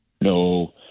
No